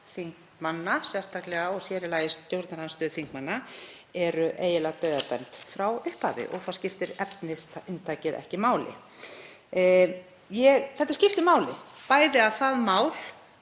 þingmanna, sérstaklega og sér í lagi stjórnarandstöðuþingmanna, eru eiginlega dauðadæmd frá upphafi og þá skiptir efnisinntakið ekki máli. Þetta skiptir máli, bæði að það mál,